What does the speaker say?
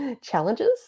challenges